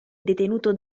detenuto